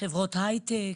חברות הייטק,